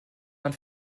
man